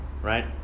right